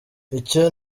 icyo